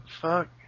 fuck